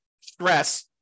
stress